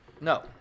No